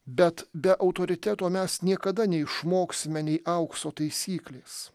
bet be autoriteto mes niekada neišmoksime nei aukso taisyklės